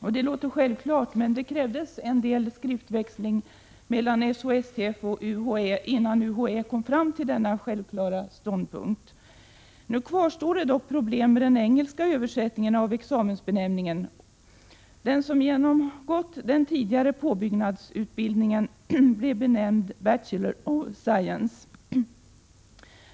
Detta låter självklart, men det krävdes en del skriftväxling mellan SHSTF och UHÄ, innan UHÄ kom fram till denna självklara ståndpunkt. Nu kvarstår dock problem med den engelska översättningen av examensbenämningen. Den som genomgått den tidigare påbyggnadsutbildningen benämns Bachelor of Science.